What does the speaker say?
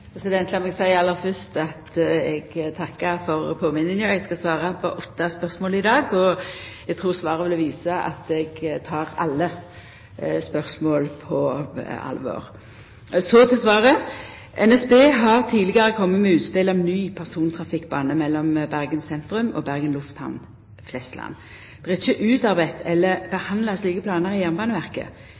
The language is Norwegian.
meg seia aller fyrst at eg takkar for påminninga. Eg skal svara på åtte spørsmål i dag, og eg trur svara vil visa at eg tek alle spørsmåla på alvor. Så til svaret. NSB har tidlegare kome med utspel om ny persontrafikkbane mellom Bergen sentrum og Bergen lufthamn, Flesland. Det er ikkje utarbeidd eller behandla slike planar i Jernbaneverket.